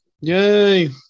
Yay